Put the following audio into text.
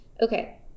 Okay